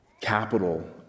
capital